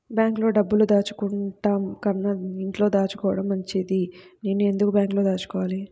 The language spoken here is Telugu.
బ్యాంక్లో డబ్బులు దాచుకోవటంకన్నా ఇంట్లో దాచుకోవటం మంచిది నేను ఎందుకు బ్యాంక్లో దాచుకోవాలి?